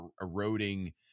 eroding